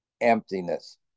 emptiness